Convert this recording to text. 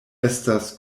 estas